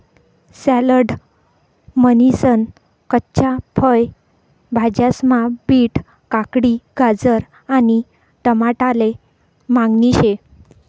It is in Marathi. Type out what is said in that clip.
सॅलड म्हनीसन कच्च्या फय भाज्यास्मा बीट, काकडी, गाजर आणि टमाटाले मागणी शे